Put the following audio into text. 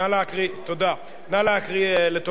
נא להקריא לטובת מי שלא נמצא באולם,